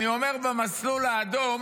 אני אומר, במסלול האדום,